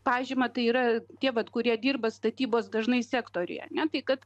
pažyma tai yra tie vat kurie dirba statybos dažnai sektoriuje ar ne tai kad